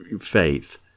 faith